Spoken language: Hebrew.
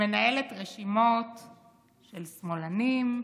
שמנהלת רשימות של שמאלנים,